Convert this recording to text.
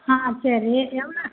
ஆ சரி எவ்வளோ